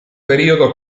periodo